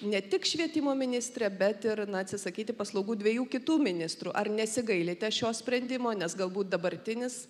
ne tik švietimo ministrę bet ir na atsisakyti paslaugų dviejų kitų ministrų ar nesigailite šio sprendimo nes galbūt dabartinis